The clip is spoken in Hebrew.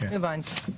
הבנתי.